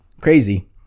Crazy